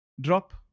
Drop